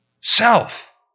Self